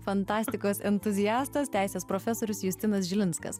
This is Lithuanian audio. fantastikos entuziastas teisės profesorius justinas žilinskas